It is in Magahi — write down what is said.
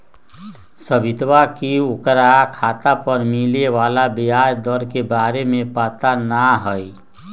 सवितवा के ओकरा खाता पर मिले वाला ब्याज दर के बारे में पता ना हई